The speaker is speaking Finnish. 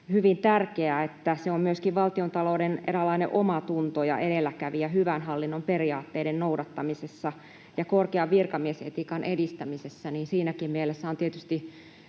hyvin tärkeä, että se on myöskin valtiontalouden eräänlainen omatunto ja edelläkävijä hyvän hallinnon periaatteiden noudattamisessa ja korkean virkamiesetiikan edistämisessä. Siinäkin mielessä on tietysti